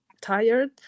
tired